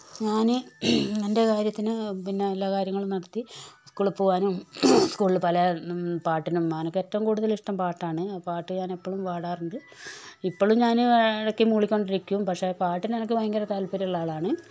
ഞാൻ എൻ്റെ കാര്യത്തിന് പിന്നെ എല്ലാ കാര്യങ്ങളും നടത്തി സ്ക്കൂള് പോവാനും സ്ക്കൂളിൽ പല പാട്ടിനും എനിക്കേറ്റവും കൂടുതൽ ഇഷ്ടം പാട്ടാണ് പാട്ട് ഞാൻ എപ്പോഴും പാടാറുണ്ട് ഇപ്പോഴും ഞാൻ ഇടക്ക് മൂളിക്കൊണ്ടിരിക്കും പക്ഷേ പാട്ടിന് എനിക്ക് ഭയങ്കര താൽപ്പര്യം ഉള്ള ആളാണ്